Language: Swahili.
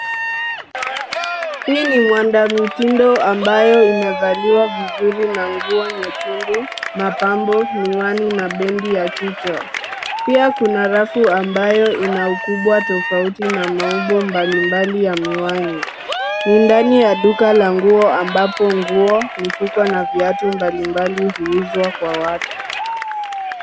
Hii ni mwanda mtindo ambayo imevaliwa vizuri na nguo nyekundu mapambo miwani na bendi ya kichwa ,pia kuna rafu ambayo ina ukubwa tofauti na maumbo mbalimbali ya miwani. Ni ndani ya duka la nguo ambapo nguo, mifuko na viatu mbali mbali huuzwa kwa watu.